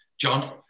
John